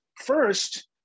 First